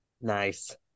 Nice